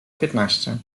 piętnaście